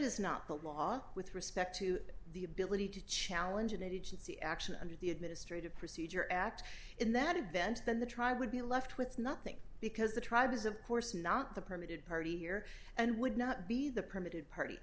is not the law with respect to the ability to challenge an agency action under the administrative procedure act in that event then the tribe would be left with nothing because the tribe is of course not the permitted party here and would not be the permitted party